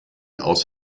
aus